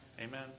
Amen